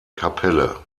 kapelle